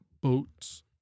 boats